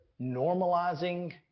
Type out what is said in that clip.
normalizing